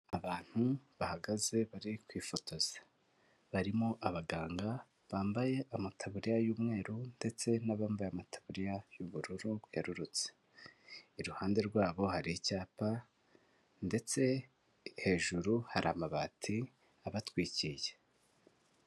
Abantu bahagaze bari kwifotoza, barimo abaganga bambaye amataburiya y'umweru, ndetse n'abambaye amataburiya y'ubururu yererutse, iruhande rwabo hari icyapa ndetse hejuru hari amabati abatwikiriye.